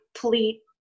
complete